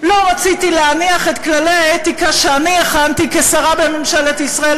לא רציתי להניח את כללי האתיקה שאני הכנתי כשרה בממשלת ישראל,